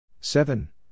Seven